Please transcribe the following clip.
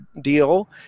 deal